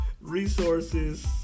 resources